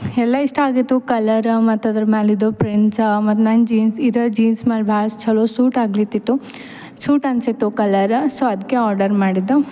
ಎಲ್ಲ ಇಷ್ಟ ಆಗಿತ್ತು ಕಲರ್ ಮತ್ತು ಅದ್ರ ಮ್ಯಾಲಿದ್ದು ಪ್ರಿಂಟ್ಸ ಮತ್ತು ನನ್ನ ಜೀನ್ಸ್ ಇರೋ ಜೀನ್ಸ್ ಮ್ಯಾಲೆ ಭಾಳ್ ಛಲೋ ಸೂಟ್ ಆಗಿರ್ತಿತ್ತು ಸೂಟ್ ಅನಿಸಿತ್ತು ಕಲರ್ ಸೊ ಅದಕ್ಕೆ ಆರ್ಡರ್ ಮಾಡಿದ್ದು